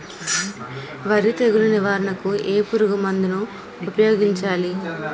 వరి తెగుల నివారణకు ఏ పురుగు మందు ను ఊపాయోగించలి?